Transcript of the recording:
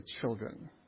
children